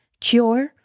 cure